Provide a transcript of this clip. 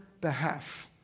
behalf